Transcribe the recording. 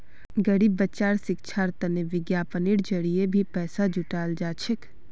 गरीब बच्चार शिक्षार तने विज्ञापनेर जरिये भी पैसा जुटाल जा छेक